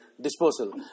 disposal